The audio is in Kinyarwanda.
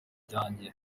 byanjye